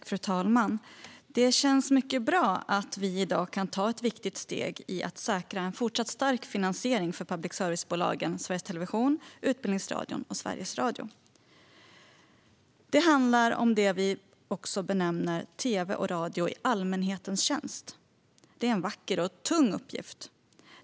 Fru talman! Det känns mycket bra att vi i dag kan ta ett viktigt steg i att säkra en fortsatt stark finansiering för public service-bolagen Sveriges Television, Utbildningsradion och Sveriges Radio. Det handlar om det vi också benämner tv och radio i allmänhetens tjänst. Det är en vacker och tung uppgift.